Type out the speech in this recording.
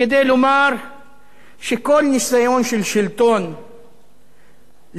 שכל ניסיון של שלטון לסתום את הפה לערוץ,